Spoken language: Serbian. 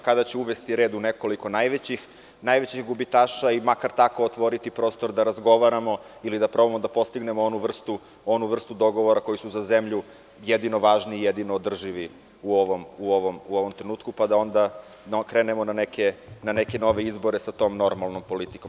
Kada će uvesti red u nekoliko najvećih gubitaša i makar tako otvoriti prostor da razgovaramo ili da probamo da postignemo onu vrstu dogovora koji su za zemlju jedino važni i jedino održivi u ovom trenutku pa da onda krenemo na neke nove izbore sa tom normalnom politikom?